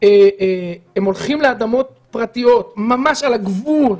הולכים לאדמות פרטיות ממש על הגבול,